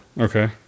Okay